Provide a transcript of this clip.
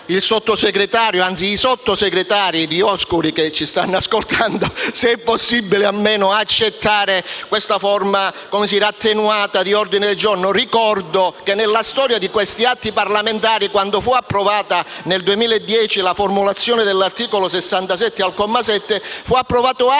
al Sottosegretario, anzi ai Sottosegretari, i Dioscuri, che ci stanno ascoltando, se è possibile almeno accettare la proposta nella forma attenuata di un ordine del giorno. Ricordo che nella storia degli atti parlamentari, quando fu approvata nel 2010 la formulazione dell'articolo 67, comma 7, fu approvato anche